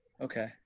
Okay